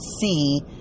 see